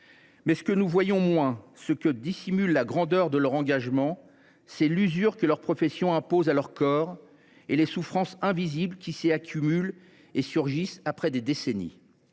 faille. Ce que nous voyons moins, ce que dissimule la grandeur de leur engagement, c’est l’usure que leur profession impose à leur corps : les souffrances invisibles qui s’accumulent et surgissent après des décennies,